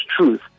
truth